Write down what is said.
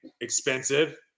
Expensive